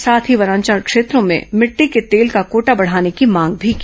साथ ही वनांचल क्षेत्रों में मिटटी के तेल का कोटा बढाने की मांग भी की